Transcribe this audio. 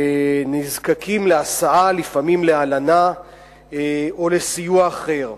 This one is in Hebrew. נזקקים להסעה ולפעמים להלנה או לסיוע אחר.